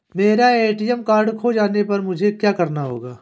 मेरा ATM card खो जाने पर मुझे क्या करना होगा?